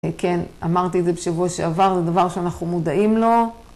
כן, אמרתי את זה בשבוע שעבר, זה דבר שאנחנו מודעים לו.